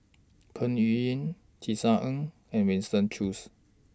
Peng Yuyun Tisa Ng and Winston Choos